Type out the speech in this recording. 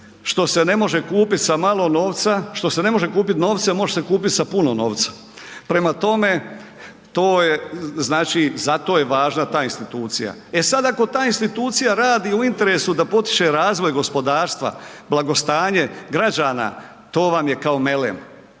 što se ne može kupiti novcem može se kupiti sa puno novca. Prema tome, zato je važna ta institucija. E sad ako ta institucija radi u interesu da potiče razvoj gospodarstva, blagostanje građana, to vam je kao melem,